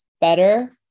better